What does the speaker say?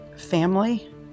family